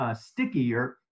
stickier